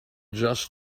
just